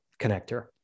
connector